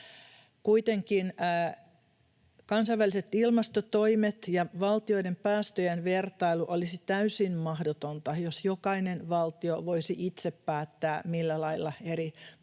Kuitenkin kansainväliset ilmastotoimet ja valtioiden päästöjen vertailu olisivat täysin mahdottomia, jos jokainen valtio voisi itse päättää, millä lailla eri polttoaineet